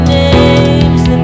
names